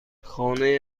خانه